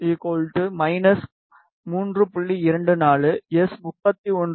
24 எஸ்31 3